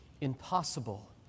impossible